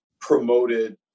promoted